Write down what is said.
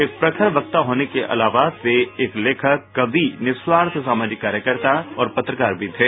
एक प्रखर वक्ता होने के अलावा वे एक लेखक कवि निस्वार्थ सामाजिक कार्यकर्ता और पत्रकार भी थे